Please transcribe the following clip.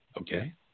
Okay